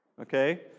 okay